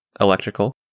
electrical